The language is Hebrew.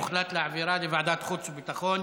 הוחלט להעביר לוועדת החוץ והביטחון.